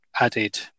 added